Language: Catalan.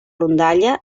rondalla